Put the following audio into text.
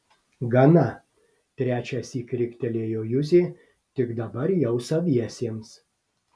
gana trečiąsyk riktelėjo juzė tik dabar jau saviesiems